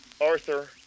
Arthur